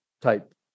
type